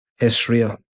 Israel